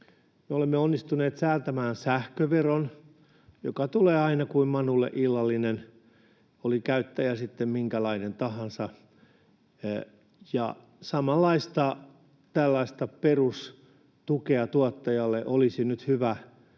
olemme onnistuneet säätämään sähköveron, joka tulee aina kuin manulle illallinen, oli käyttäjä sitten minkälainen tahansa. Samanlaista perustukea tuottajalle olisi nyt hyvä yhdessä